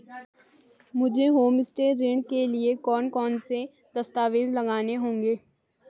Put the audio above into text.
मुझे होमस्टे ऋण के लिए कौन कौनसे दस्तावेज़ लगाने होंगे?